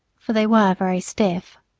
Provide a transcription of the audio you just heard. for they were very stiff.